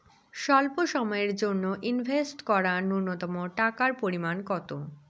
স্বল্প সময়ের জন্য ইনভেস্ট করার নূন্যতম টাকার পরিমাণ কত?